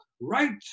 right